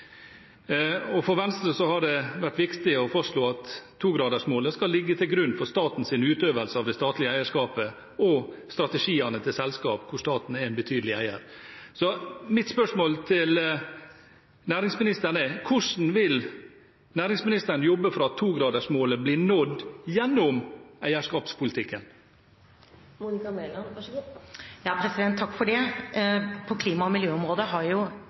grønnere. For Venstre har det vært viktig å fastslå at 2-gradersmålet skal ligge til grunn for statens utøvelse av det statlige eierskapet og strategiene til selskap der staten er en betydelig eier. Mitt spørsmål til næringsministeren er: Hvordan vil næringsministeren jobbe for at 2-gradersmålet blir nådd gjennom eierskapspolitikken? På klima- og miljøområdet har